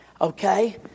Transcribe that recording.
Okay